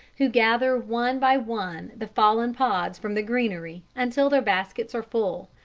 who gather one by one the fallen pods from the greenery, until their baskets are full.